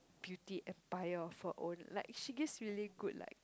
beauty empire for own like she gives really good like